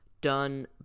done